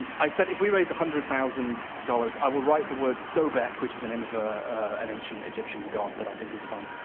and i said, if we raise one hundred thousand dollars, i will write the word sobek, which is the name of ah an ancient egyptian god that i think is fun,